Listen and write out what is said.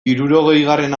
hirurogeigarren